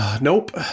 Nope